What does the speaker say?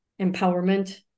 empowerment